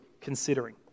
considering